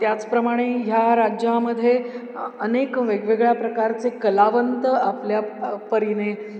त्याचप्रमाणे ह्या राज्यामध्ये अनेक वेगवेगळ्या प्रकारचे कलावंत आपल्यापरीने